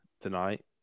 tonight